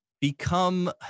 become